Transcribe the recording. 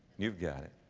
you've got it.